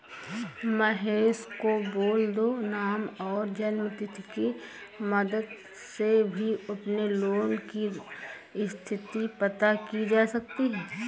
महेश को बोल दो नाम और जन्म तिथि की मदद से भी अपने लोन की स्थति पता की जा सकती है